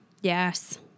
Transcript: yes